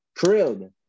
thrilled